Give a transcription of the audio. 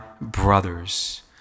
brothers